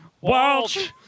Walsh